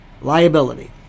liability